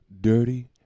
dirty